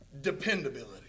dependability